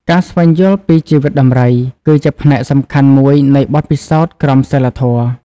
ការស្វែងយល់ពីជីវិតដំរី គឺជាផ្នែកសំខាន់មួយនៃបទពិសោធន៍ក្រមសីលធម៌។